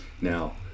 Now